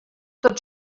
tot